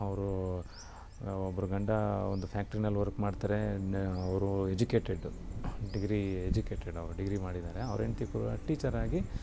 ಅವರೂ ಒಬ್ರು ಗಂಡ ಒಂದು ಫ್ಯಾಕ್ಟ್ರಿಯಲ್ಲಿ ವರ್ಕ್ ಮಾಡ್ತಾರೆ ಅವರು ಎಜುಕೇಟೆಡ್ಡು ಡಿಗ್ರೀ ಎಜುಕೇಟೆಡ್ ಅವರು ಡಿಗ್ರಿ ಮಾಡಿದ್ದಾರೆ ಅವ್ರ ಹೆಂಡ್ತಿ ಕೂಡ ಟೀಚರ್ ಆಗಿ